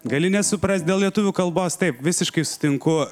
gali nesuprast dėl lietuvių kalbos taip visiškai sutinku